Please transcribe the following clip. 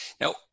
Now